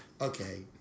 Okay